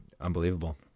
Unbelievable